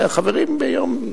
והחברים היום,